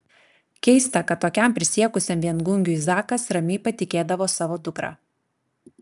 keista kad tokiam prisiekusiam viengungiui zakas ramiai patikėdavo savo dukrą